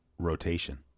Rotation